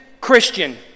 Christian